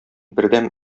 бердәм